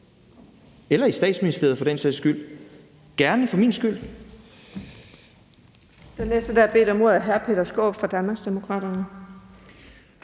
eller i Statsministeriet for den sags skyld – for min skyld